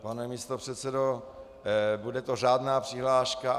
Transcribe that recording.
Pane místopředsedo, bude to řádná přihláška.